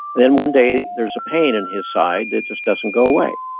then one day, there's a pain in his side that just doesn't go away.